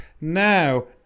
Now